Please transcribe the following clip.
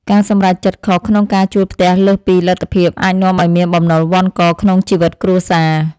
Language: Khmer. ការសម្រេចចិត្តខុសក្នុងការជួលផ្ទះលើសពីលទ្ធភាពអាចនាំឱ្យមានបំណុលវណ្ឌកក្នុងជីវិតគ្រួសារ។